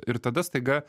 ir tada staiga